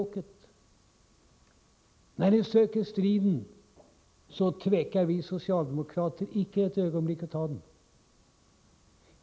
När ni söker striden tvekar vi socialdemokrater icke ett ögonblick att ta den.